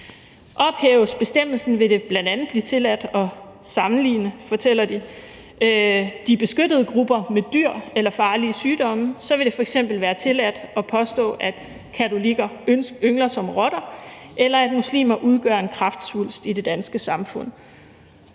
Ophæves bestemmelsen, vil det bl.a. blive tilladt at sammenligne, fortæller de, de beskyttede grupper med dyr eller farlige sygdomme. Så vil det f.eks. være tilladt at påstå, at katolikker yngler som rotter, eller at muslimer udgør en kræftsvulst i det danske samfund.